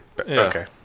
Okay